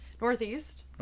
Northeast